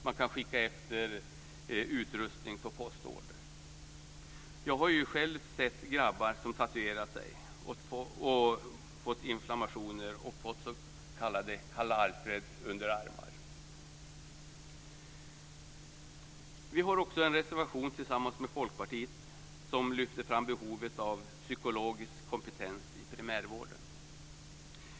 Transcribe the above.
Man kan skicka efter utrustning på postorder. Jag har själv sett grabbar som har tatuerat sig och fått inflammationer och s.k. Karl-Alfredunderarmar. Vi har också en reservation tillsammans med Folkpartiet där vi lyfter fram behovet av psykologisk kompetens i primärvården.